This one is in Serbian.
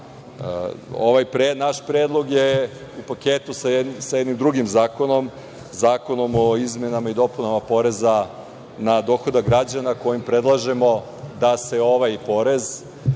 naš predlog je u paketu sa jednim drugim zakonom, Zakonom o izmenama i dopunama poreza na dohodak građana, kojim predlažemo da se ovaj porez